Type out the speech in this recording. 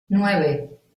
nueve